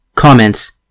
Comments